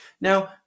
Now